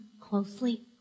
closely